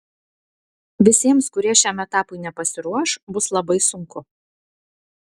visiems kurie šiam etapui nepasiruoš bus labai sunku